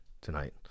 tonight